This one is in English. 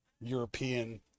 European